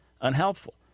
unhelpful